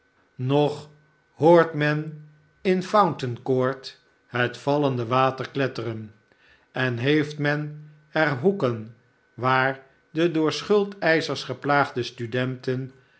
nog hoort men in fountain court hetvallende water kletteren en heeft men er hoeken waar de door schuldeischers geplaagde studenten